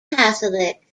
catholic